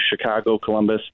Chicago-Columbus